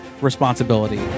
responsibility